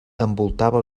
envoltava